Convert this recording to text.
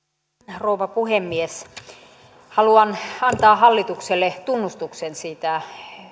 rouva puhemies haluan antaa hallitukselle tunnustuksen siitä